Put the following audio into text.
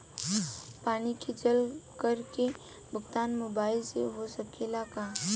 पानी के जल कर के भुगतान मोबाइल से हो सकेला का?